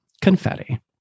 confetti